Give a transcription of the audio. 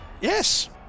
Yes